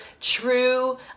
true